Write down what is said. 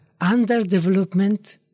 underdevelopment